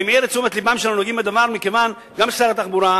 אני מעיר את תשומת לבם של הנוגעים בדבר וגם של שר התחבורה,